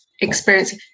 experience